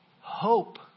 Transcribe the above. Hope